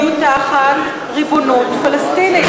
מוכן שיהודים יהיו תחת ריבונות פלסטינית.